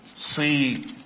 see